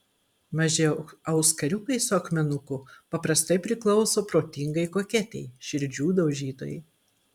maži auskariukai su akmenuku paprastai priklauso protingai koketei širdžių daužytojai